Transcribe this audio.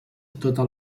tota